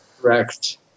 Correct